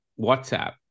WhatsApp